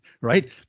right